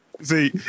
See